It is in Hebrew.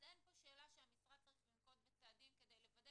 אז אין פה שאלה שהמשרד צריך לנקוט בצעדים כדי לוודא